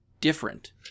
different